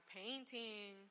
painting